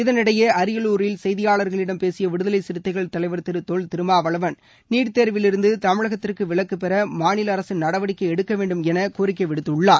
இதனிடையே அரியலூரில் செய்தியாளர்களிடம் பேசிய விடுதலை சிறுத்தைகள் தலைவர் திரு தொல் திருமாவளவன் நீட் தேர்விலிருந்து தமிழகத்திற்கு விலக்கு பெற மாநில அரசு நடவடிக்கை எடுக்க வேண்டும் என கோரிக்கை விடுத்துள்ளார்